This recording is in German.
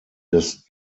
des